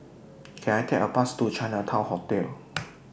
Can I Take A Bus to Chinatown Hotel